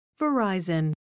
Verizon